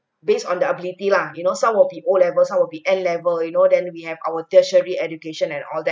based on the ability lah you know some will be O levels some will be A level you know then we have our tertiary education and all